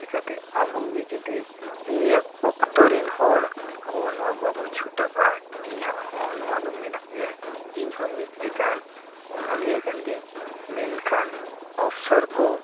ᱪᱤᱠᱟᱹᱛᱮ ᱟᱵᱚᱜᱮ ᱡᱩᱫᱤ ᱱᱤᱭᱟᱹ ᱚᱠᱛᱚᱨᱮᱱ ᱦᱚᱲ ᱟᱵᱚᱵᱚᱱ ᱱᱚᱣᱟ ᱵᱟᱵᱚᱱ ᱪᱷᱩᱴᱟᱹᱜᱼᱟ ᱤᱧᱟᱹᱜ ᱦᱚᱸ ᱱᱚᱣᱟ ᱫᱚ ᱢᱮᱱᱟᱜ ᱜᱮᱭᱟ ᱤᱧᱦᱚᱸ ᱢᱤᱫ ᱞᱮᱠᱟᱱ ᱚᱱᱚᱞᱤᱭᱟᱹ ᱠᱟᱱ ᱜᱤᱭᱟᱹᱧ ᱢᱮᱱᱠᱷᱟᱱ ᱚᱯᱥᱚᱨ ᱠᱚ